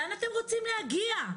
לאן אתם רוצים להגיע?